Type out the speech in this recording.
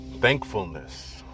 thankfulness